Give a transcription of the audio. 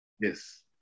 Yes